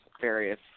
various